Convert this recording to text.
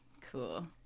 Cool